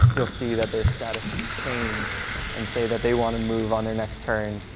you'll see that their statuses change and say that they want to move on their next turn,